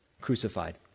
crucified